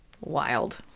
wild